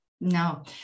no